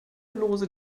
lose